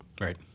Right